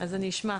אז אני אשמע.